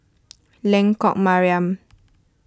Lengkok Mariam